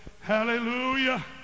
Hallelujah